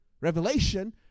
Revelation